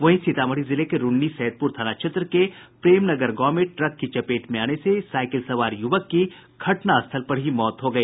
वहीं सीतामढी जिले के रून्नीसैदपूर थाना क्षेत्र के प्रेमनगर गांव में ट्रक की चपेट में आने से साइकिल सवार युवक की घटनास्थल पर ही मौत हो गई